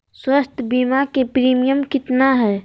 स्वास्थ बीमा के प्रिमियम कितना है?